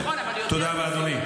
תודה רבה לאדוני.